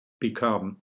become